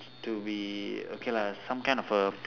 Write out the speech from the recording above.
to be okay lah some kind of a